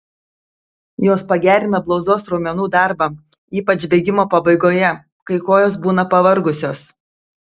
jos pagerina blauzdos raumenų darbą ypač bėgimo pabaigoje kai kojos būna pavargusios